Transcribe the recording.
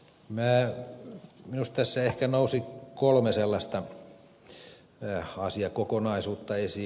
minusta tässä ehkä nousi kolme asiakokonaisuutta esiin